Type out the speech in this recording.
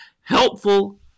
helpful